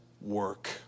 work